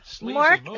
Mark